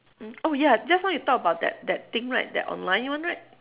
mm oh ya just now you talk about that that thing right that online one right